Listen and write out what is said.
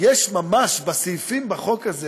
שיש ממש, בסעיפים בחוק הזה